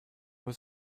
was